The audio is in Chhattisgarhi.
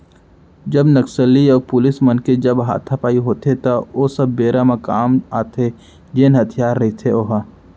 जब नक्सली अऊ पुलिस मन के जब हातापाई होथे त ओ सब बेरा म काम आथे जेन हथियार रहिथे ओहा